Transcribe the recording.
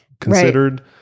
considered